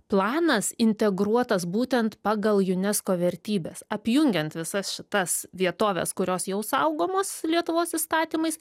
planas integruotas būtent pagal unesco vertybes apjungiant visas šitas vietoves kurios jau saugomos lietuvos įstatymais